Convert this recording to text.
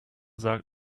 sagt